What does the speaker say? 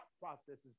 processes